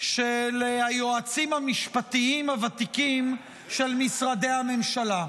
של היועצים המשפטיים הוותיקים של משרדי הממשלה.